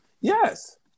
Yes